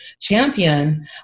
Champion